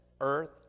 Earth